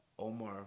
Omar